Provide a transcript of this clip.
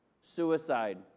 suicide